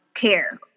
care